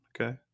okay